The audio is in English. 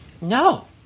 No